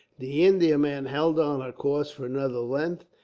the indiaman held on her course for another length,